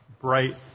bright